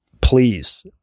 please